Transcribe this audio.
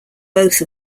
both